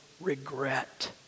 regret